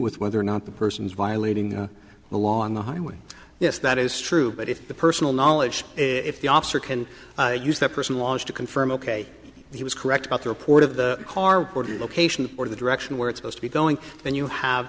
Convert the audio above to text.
with whether or not the person is violating the law on the highway yes that is true but if the personal knowledge if the officer can use that person launch to confirm ok he was correct about the report of the car or the location or the direction where it's going to be going then you have